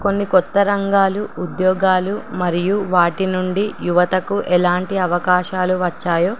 కొన్ని కొత్త రంగాలు ఉద్యోగాలు మరియు వాటి నుండి యువతకు ఎలాంటి అవకాశాలు వచ్చాయో